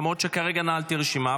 למרות שכרגע נעלתי את הרשימה,